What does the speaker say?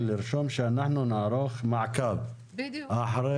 לרשום שאנחנו נערוך מעקב אחרי